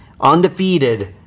undefeated